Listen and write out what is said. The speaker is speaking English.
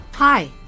Hi